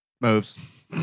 moves